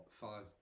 five